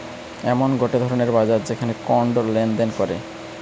এমন গটে ধরণের বাজার যেখানে কন্ড লেনদেন করে